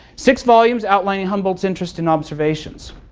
six volumes outlining humboldt's interest and observations.